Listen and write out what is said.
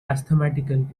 asthmatically